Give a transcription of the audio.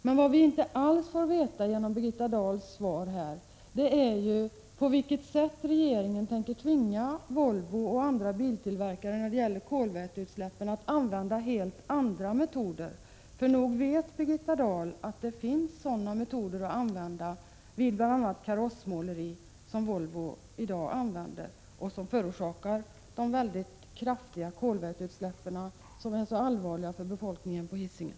Men vad vi inte alls får veta genom svaret är på vilket sätt regeringen tänker tvinga Volvo och andra biltillverkare att använda helt andra metoder för att minska kolväteutsläppen. Nog vet Birgitta Dahl att det finns sådana metoder, som kan användas vid bl.a. karossmåleri. De metoder som Volvo i dag tillämpar förorsakar väldigt kraftiga kolväteutsläpp, något som är allvarligt för befolkningen på Hisingen.